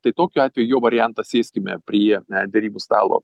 tai tokiu atveju jo variantas sėskime prie derybų stalo